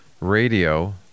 Radio